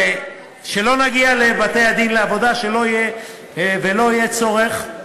שלא נגיע לבתי-הדין לעבודה, שלא יהיה צורך.